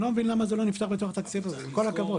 כל המטופלים,